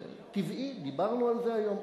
זה טבעי, דיברנו על זה היום.